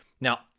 Now